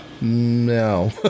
no